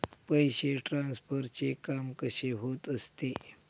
पैसे ट्रान्सफरचे काम कसे होत असते?